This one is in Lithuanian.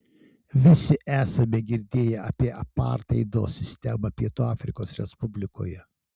visi esame girdėję apie apartheido sistemą pietų afrikos respublikoje